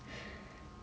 !aiyo!